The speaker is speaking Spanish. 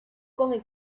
come